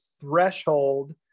threshold